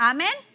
Amen